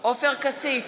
עופר כסיף,